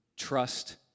Trust